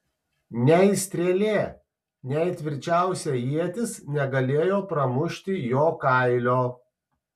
nei strėlė nei tvirčiausia ietis negalėjo pramušti jo kailio